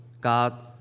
God